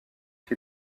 qui